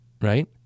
right